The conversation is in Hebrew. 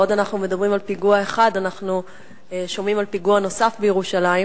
בעוד אנחנו מדברים על פיגוע אחד אנחנו שומעים על פיגוע נוסף בירושלים,